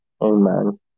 Amen